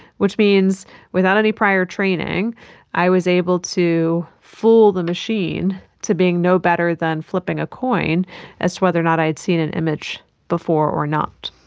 which means without any prior training i was able to fool the machine to being no better than flipping a coin as to whether or not i had seen an image before or not.